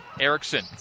Erickson